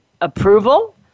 approval